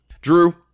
Drew